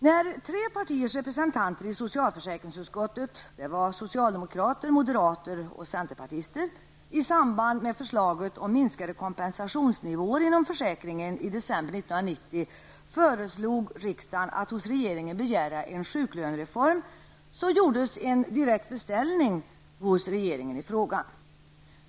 När tre partiers representanter i socialförsäkringsutskottet -- socialdemokrater, moderater och centerpartister -- i samband med förslaget om minskade kompensationsnivåer inom sjukförsäkringen i december 1990 föreslog riksdagen att hos regeringen begära en sjuklönereform, gjordes en direkt beställning hos regeringen.